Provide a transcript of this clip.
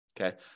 Okay